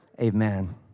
amen